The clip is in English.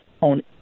on